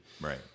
Right